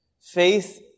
faith